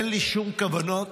אין לי שום כוונות